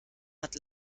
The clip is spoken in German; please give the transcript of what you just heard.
hat